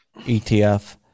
ETF